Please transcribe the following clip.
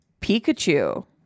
pikachu